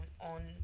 on